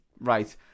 right